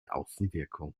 außenwirkung